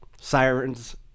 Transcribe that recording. sirens